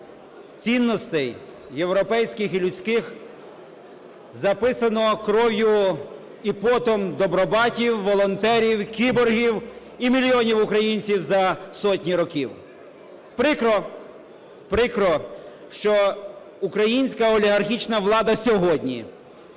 цінностей європейських і людських записано кров'ю і потом добробатів, волонтерів, кіборгів і мільйонів українців за сотні років. Прикро, прикро, що українська олігархічна влада сьогодні